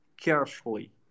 carefully